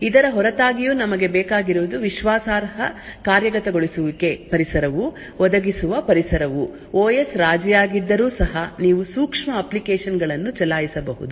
ಇದರ ಹೊರತಾಗಿಯೂ ನಮಗೆ ಬೇಕಾಗಿರುವುದು ವಿಶ್ವಾಸಾರ್ಹ ಕಾರ್ಯಗತಗೊಳಿಸುವಿಕೆ ಪರಿಸರವು ಒದಗಿಸುವ ಪರಿಸರವು ಓಯಸ್ ರಾಜಿಯಾಗಿದ್ದರೂ ಸಹ ನೀವು ಸೂಕ್ಷ್ಮ ಅಪ್ಲಿಕೇಶನ್ ಗಳನ್ನು ಚಲಾಯಿಸಬಹುದು